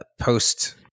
post